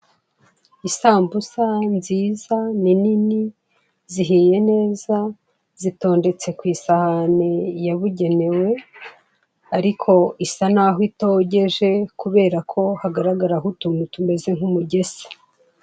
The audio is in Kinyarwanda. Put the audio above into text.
Isambuza nziza ni nini zihiye neza zitondetse ku isahani yabugenewe ariko isa naho itogeje kubera ko hagaragaraho utuntu tumeze nk'umugese.